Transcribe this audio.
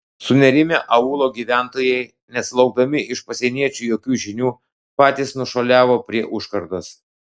sunerimę aūlo gyventojai nesulaukdami iš pasieniečių jokių žinių patys nušuoliavo prie užkardos